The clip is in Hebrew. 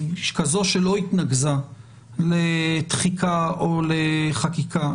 כזו שלא התנקזה לתחיקה או לחקיקה,